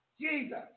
Jesus